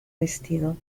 vestido